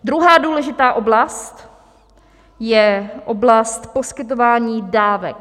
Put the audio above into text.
Druhá důležitá oblast je oblast poskytování dávek.